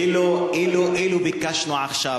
אילו ביקשנו עכשיו,